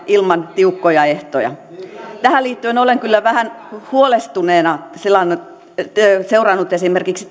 ilman tiukkoja ehtoja tähän liittyen olen kyllä vähän huolestuneena seurannut esimerkiksi